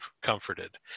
comforted